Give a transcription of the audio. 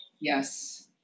Yes